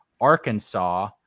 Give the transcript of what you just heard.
Arkansas